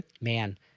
man